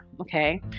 okay